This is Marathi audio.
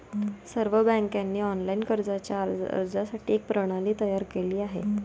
सर्व बँकांनी ऑनलाइन कर्जाच्या अर्जासाठी एक प्रणाली तयार केली आहे